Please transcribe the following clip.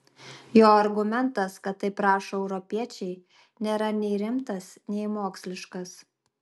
jo argumentas kad taip rašo europiečiai nėra nei rimtas nei moksliškas